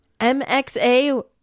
MXA